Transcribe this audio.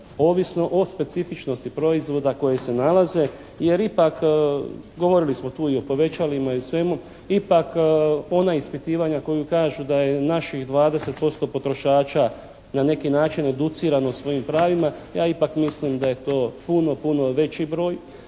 Ovisno o specifičnosti proizvoda koji se nalaze jer ipak govorili smo tu o povećalima i o svemu. Ipak ona ispitivanja koja kažu da je naših 20% potrošača na neki način educirano svojim pravima. Ja ipak mislim da je to puno, puno veći broj